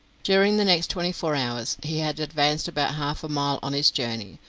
during the next twenty-four hours he had advanced about half-a-mile on his journey,